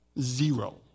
Zero